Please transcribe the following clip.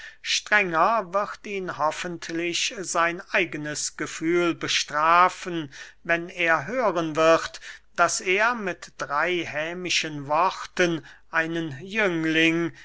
strenger wird ihn hoffentlich sein eigenes gefühl bestrafen wenn er hören wird daß er mit drey hämischen worten einen jüngling